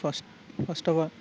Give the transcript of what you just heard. first first of all